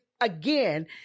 again